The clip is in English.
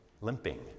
limping